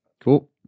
Cool